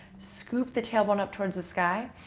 scoop the tailbone up towards the sky.